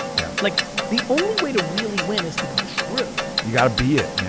yeah like the only way to really win is to be true. you gotta be it,